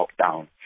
lockdown